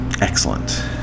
Excellent